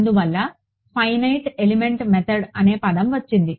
అందువల్ల finite element method అనే పదం వచ్చింది